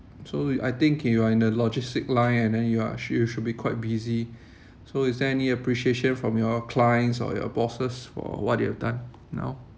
so I think you are in the logistic line and then you are you should be quite busy so is there any appreciation from your clients or your bosses for what you have done now